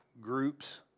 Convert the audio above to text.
groups